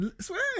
swear